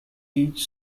each